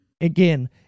Again